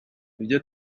ibyo